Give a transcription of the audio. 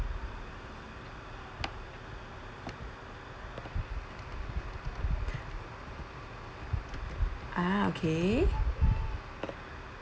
ah okay